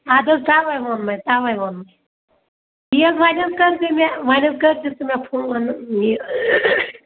اَدٕ حظ تَوَے ووٚن مےٚ تَوَے ووٚن مےٚ یہِ حظ وۄنۍ حظ کٔرزیٚو مےٚ وۄنۍ حظ کٔرزِ ژٕ مےٚ فون یہِ